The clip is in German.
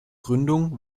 gründung